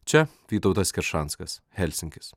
čia vytautas keršanskas helsinkis